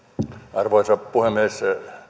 arvoisa puhemies